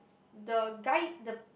the guy the